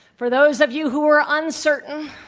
for those of you who are uncertain,